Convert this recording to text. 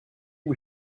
que